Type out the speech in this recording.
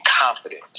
confidence